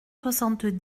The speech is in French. soixante